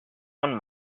own